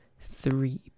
three